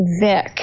Vic